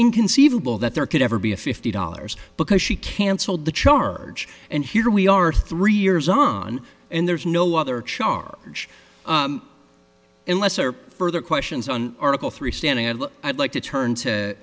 inconceivable that there could ever be a fifty dollars because she canceled the charge and here we are three years on and there's no other char in lesser further questions on article three standing and i'd like to turn to